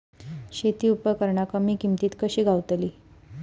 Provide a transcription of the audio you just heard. शेती उपकरणा कमी किमतीत कशी गावतली?